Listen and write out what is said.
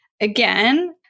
again